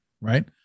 right